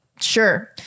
sure